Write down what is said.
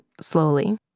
slowly